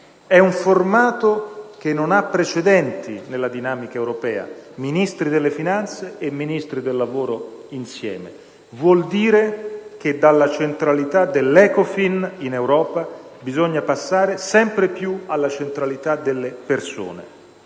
È un formato che non ha precedenti nella dinamica europea: Ministri delle finanze e del lavoro insieme. Vuol dire che dalla centralità dell'Ecofin, in Europa bisogna passare sempre più alla centralità delle persone.